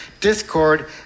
discord